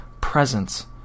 presence